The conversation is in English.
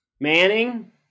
Manning